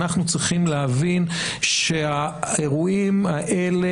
אנחנו צריכים להבין שהאירועים האלה